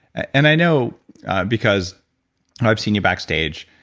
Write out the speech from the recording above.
and i know because i've seen you backstage,